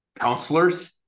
counselors